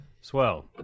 Swell